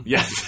Yes